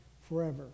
forever